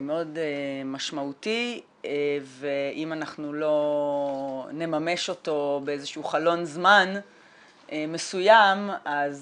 מאוד משמעותי ואם אנחנו לא נממש אותו באיזשהו חלון זמן מסוים אז